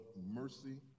mercy